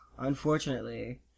Unfortunately